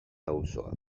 auzoa